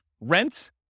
rent